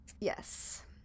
Yes